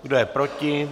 Kdo je proti?